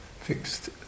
fixed